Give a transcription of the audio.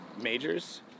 majors